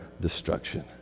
destruction